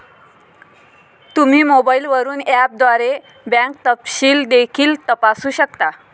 तुम्ही मोबाईलवरून ऍपद्वारे बँक तपशील देखील तपासू शकता